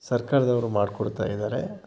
ಸರ್ಕಾರದವರು ಮಾಡ್ಕೊಡ್ತಾ ಇದ್ದಾರೆ